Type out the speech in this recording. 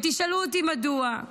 ותשאלו אותי מדוע,